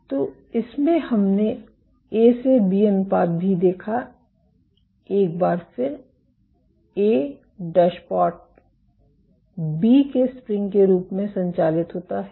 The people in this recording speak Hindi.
तो इसमें हमने ए से बी अनुपात भी देखा एक बार फिर ए डैशपॉट बी के स्प्रिंग के रूप में संचालित होता है